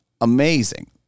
amazing